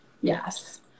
Yes